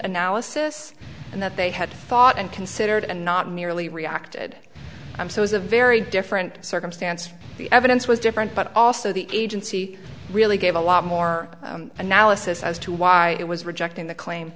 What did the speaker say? analysis and that they had thought and considered and not merely reacted i'm so it's a very different circumstance from the evidence was different but also the agency really gave a lot more analysis as to why it was rejecting the claim